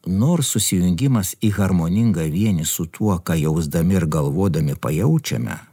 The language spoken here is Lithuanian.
nors susijungimas į harmoningą vienį su tuo ką jausdami ir galvodami pajaučiame